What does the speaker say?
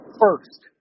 first